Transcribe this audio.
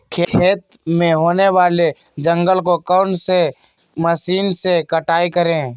खेत में होने वाले जंगल को कौन से मशीन से कटाई करें?